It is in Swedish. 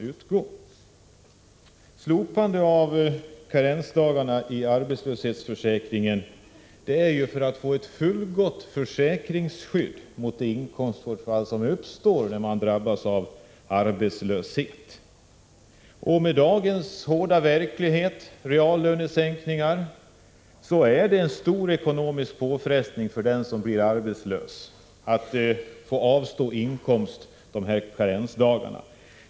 Ett slopande av karensdagarna i arbetslöshetsförsäkringen behövs för att ett fullgott försäkringsskydd skall kunna åstadkommas mot det inkomstbortfall som uppstår när man drabbas av arbetslöshet. I dagens hårda verklighet med reallönesänkningar är det en stor ekonomisk påfrestning på den som blir arbetslös att avstå från inkomsten under karensdagarna.